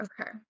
okay